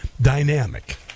dynamic